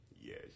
Yes